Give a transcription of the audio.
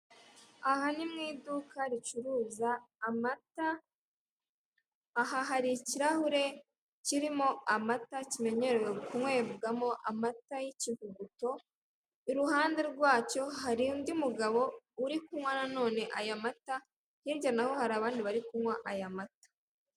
Aha ni mu iduka ricuruza amata, aha hari ikirahure kirimo amata kimenyerewe kunywebwamo amata y'ikivuguto, iruhande rwacyo hari undi mugabo uri kunywa nanone aya mata, hirya naho hari abandi bari kunywa aya mata.